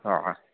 हा